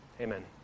amen